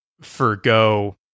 forgo